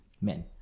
men